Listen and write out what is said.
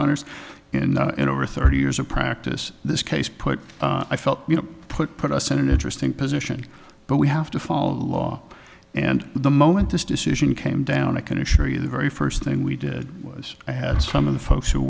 honour's in the end over thirty years of practice this case put i felt you know put put us in an interesting position but we have to follow the law and the moment this decision came down and i can assure you the very first thing we did was i had some of the folks who